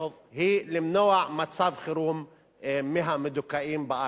היא למנוע מצב חירום מהמדוכאים בארץ.